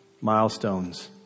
milestones